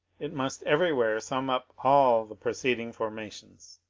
it must everywhere sum up all the preceding formations,